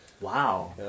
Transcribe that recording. Wow